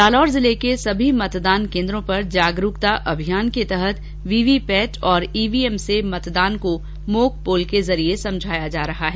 जालौर जिले के सभी मतदान केन्द्र पर जागरूकता अभियान के तहत वीवी पैट और ईवीएम से मतदान को मोक पोल के जरिये समझाया जा रहा है